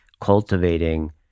cultivating